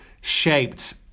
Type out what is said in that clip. shaped